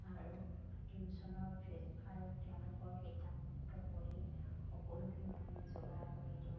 আৰু টিউশ্যনৰ ফিজ আৰু তেওঁলোকৰ কিতাপ পত্ৰ বহী সকলোখিনি আমি যোগাৰ কৰি দিওঁ